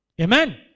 Amen